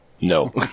No